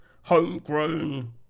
homegrown